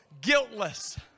guiltless